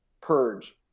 purge